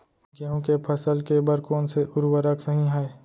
गेहूँ के फसल के बर कोन से उर्वरक सही है?